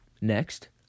Next